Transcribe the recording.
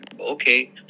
Okay